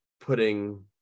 putting